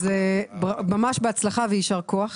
אז ממש בהצלחה ויישר כוח.